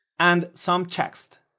and some text,